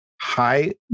Hi